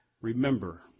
Remember